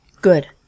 good